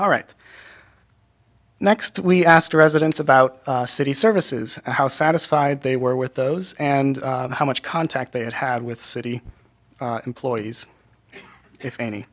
all right next we asked residents about city services how satisfied they were with those and how much contact they had had with city employees if any